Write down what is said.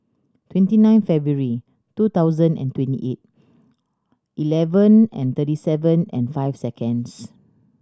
twenty nine February two thousand and twenty eight eleven and thirty seven and five seconds